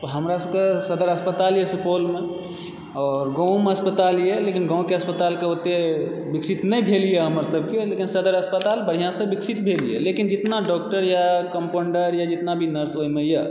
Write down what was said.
हमरा सबकेँ सदर अस्पताल यऽ सुपौलमे आओर गाँवमे अस्पताल यऽ लेकिन गाँवके अस्पतालके ओते विकसित नहि भेल यऽ हमर सबकेँ लेकिन सदर अस्पताल बढ़िआँसँ विकसित भेल यऽ लेकिन जितना डॉक्टर या कम्पाउण्डर या नर्स ओहिमे यऽ